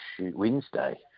Wednesday